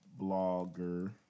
blogger